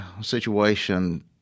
situation